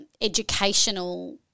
educational